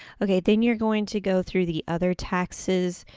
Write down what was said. okay, then you're going to go through the other taxes,